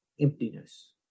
emptiness